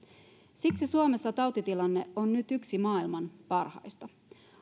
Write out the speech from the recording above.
siksi suomessa tautitilanne on nyt yksi maailman parhaista